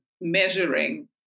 measuring